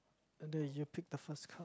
and then you pick the first card